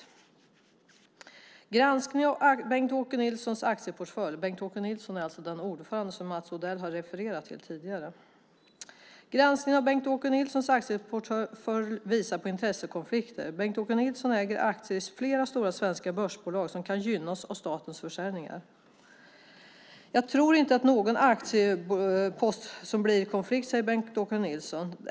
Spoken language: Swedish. "Men en granskning av Bengt-Åke Nilssons aktieportfölj" - Bengt-Åke Nilsson är alltså den ordförande som Mats Odell har refererat till tidigare - "visar på intressekonflikter. Bengt-Åke Nilsson äger aktier i flera stora svenska börsbolag som kan gynnas av statens försäljningar." Vidare framgår: "Jag tror inte att det är någon aktiepost som blir någon konflikt, säger Bengt-Åke Nilsson."